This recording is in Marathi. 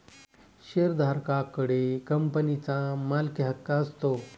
शेअरधारका कडे कंपनीचा मालकीहक्क असतो